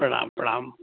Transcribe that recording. प्रणाम प्रणाम